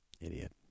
Idiot